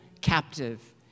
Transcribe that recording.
captive